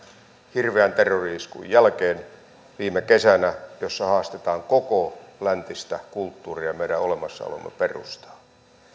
hirveän terrori iskun jälkeen viime kesänä ja niissä haastetaan koko läntistä kulttuuria ja meidän olemassaolomme perustaa